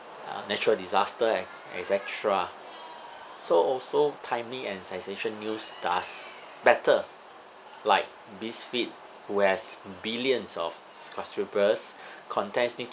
uh natural disaster etc~ etcetera so also timely and sensation news does better like BuzzFeed who has billions of subscribers contents need